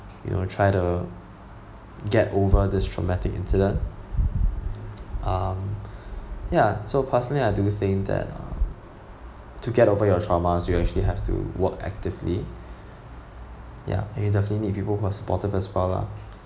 you know try to get over this traumatic incident um ya so personally I do think that um to get over your traumas you actually have to work actively ya you definitely need people who are supportive as well lah